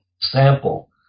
sample